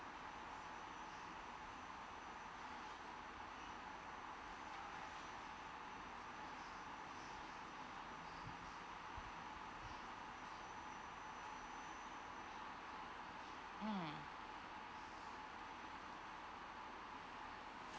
mm